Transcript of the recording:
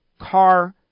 car